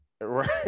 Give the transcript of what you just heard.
Right